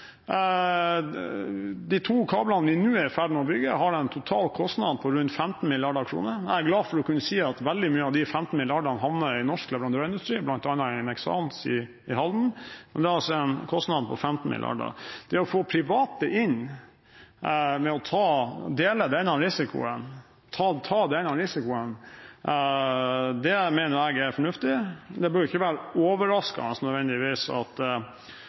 i ferd med å bygge, har en total kostnad på rundt 15 mrd. kr. Jeg er glad for å kunne si at veldig mye av de 15 milliardene havner i norsk leverandørindustri, bl.a. i Nexans i Halden. Men det er altså en kostnad på 15 mrd. kr. Det å få private inn for å dele denne risikoen, ta denne risikoen, mener jeg er fornuftig. Det bør ikke være overraskende nødvendigvis at